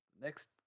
next